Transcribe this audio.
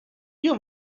you